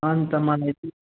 अन्त मलाई